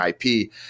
IP